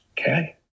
okay